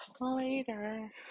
Later